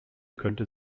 könnte